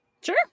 Sure